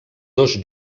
dos